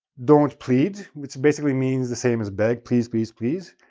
don't plead, which basically means the same as beg, please, please, please.